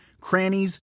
crannies